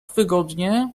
wygodnie